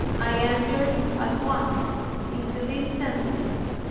i entered at once into these sentiments,